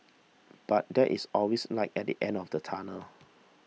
but there is always light at the end of the tunnel